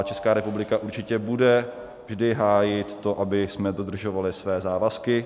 Česká republika určitě bude vždy hájit to, abychom dodržovali své závazky.